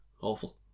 awful